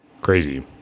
Crazy